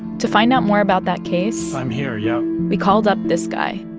to find out more about that case. i'm here, yep we called up this guy.